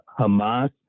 Hamas